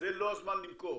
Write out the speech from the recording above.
שזה לא הזמן למכור?